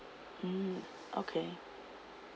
mm okay